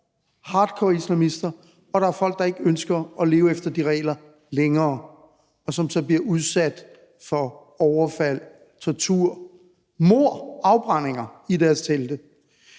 hardcore islamister, og at der er folk, der ikke ønsker at leve efter de regler længere, som så bliver udsat for overfald, tortur, mord, afbrændinger i deres telte.